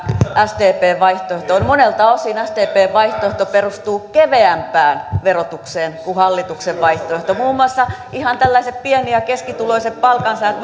sdpn vaihtoehtoon monelta osin sdpn vaihtoehto perustuu keveämpään verotukseen kuin hallituksen vaihtoehto muun muassa ihan tällaiset pieni ja keskituloiset palkansaajat